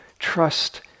trust